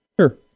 Sure